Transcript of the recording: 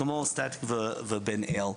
כמו סטטיק ובן-אל,